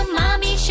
mommy